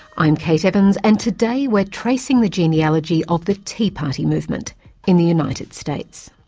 i'm kate evans and today we're tracing the genealogy of the tea party movement in the united states.